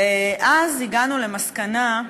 ואז הגענו למסקנה,